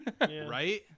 right